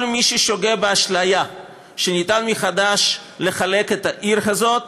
כל מי ששוגה באשליה שניתן מחדש לחלק את העיר הזאת,